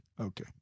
Okay